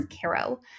caro